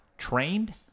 trained